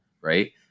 right